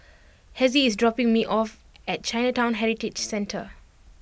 Hezzie is dropping me off at Chinatown Heritage Centre